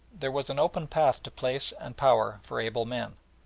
there was an open path to place and power for able men.